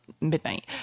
midnight